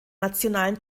nationalen